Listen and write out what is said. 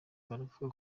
baravuga